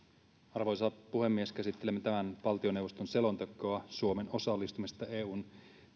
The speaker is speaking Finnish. arvoisa puhemies käsittelemme tänään valtioneuvoston selontekoa suomen osallistumisesta eun